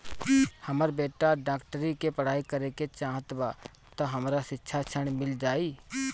हमर बेटा डाक्टरी के पढ़ाई करेके चाहत बा त हमरा शिक्षा ऋण मिल जाई?